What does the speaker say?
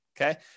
okay